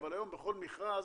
אבל היום בכל מכרז